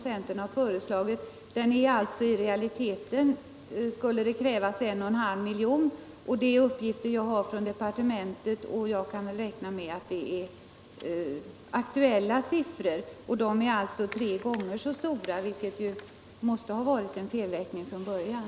Centern har föreslagit en halv miljon, men i realiteten skulle det krävas en och en halv miljon enligt de uppgifter jag har från departementet, och vi kan väl räkna med att det är aktuella siffror. Det måste alltså ha varit en felräkning från början.